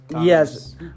Yes